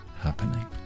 happening